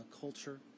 culture